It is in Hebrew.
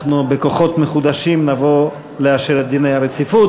אנחנו בכוחות מחודשים נבוא לאשר את דיני הרציפות.